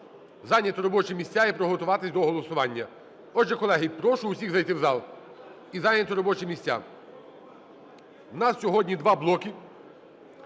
зайняти робочі місця і приготуватися до голосування. Отже, колеги, прошу усіх зайти в залі і зайняти робочі місця. У нас сьогодні два блоки: